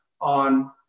on